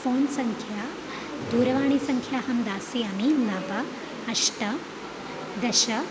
phone सङ्ख्या दूरवाणीसङ्ख्या अहं दास्यामि नव अष्ट दश